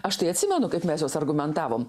aš tai atsimenu kaip mes juos argumentavom